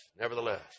nevertheless